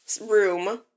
room